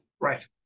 Right